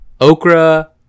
okra